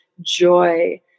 joy